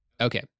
Okay